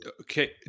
Okay